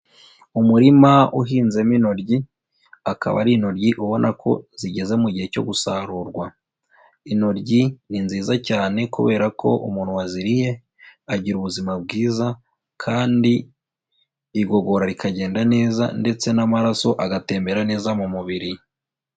Umurima uhinzemo intoryi, akaba ari intoryi ubona ko zigeze mu gihe cyo gusarurwa. Intoryi ni nziza cyane, kubera ko umuntu waziriye, agira ubuzima bwiza kandi igogora rikagenda neza ndetse n'amaraso agatembera neza mu mubiri.